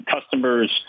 customers